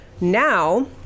now